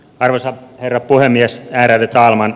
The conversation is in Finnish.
arvoisa herra puhemies ärade talman